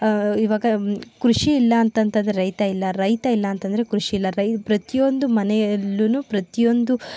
ಇವಾಗ ಕೃಷಿ ಇಲ್ಲಾಂತಂದ್ರೆ ರೈತ ಇಲ್ಲ ರೈತ ಇಲ್ಲಾಂತಂದ್ರೆ ಕೃಷಿ ಇಲ್ಲ ರೈ ಪ್ರತಿಯೊಂದು ಮನೆಯಲ್ಲೂ ಪ್ರತಿಯೊಂದು